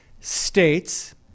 states